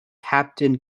captain